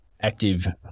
active